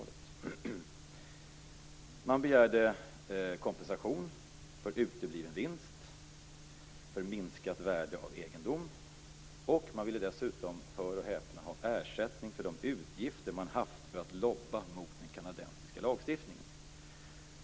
Företaget begärde kompensation för utebliven vinst, för minskat värde av egendom och - hör och häpna - ersättning för de utgifter som företaget haft för att utöva lobbying mot den kanadensiska lagstiftningen.